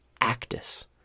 actus